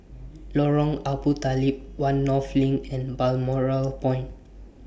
Lorong Abu Talib one North LINK and Balmoral Point